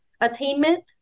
attainment